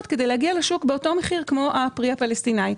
כדי להגיע לשוק באותו מחיר כמו הפרי הפלסטינאי.